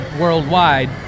worldwide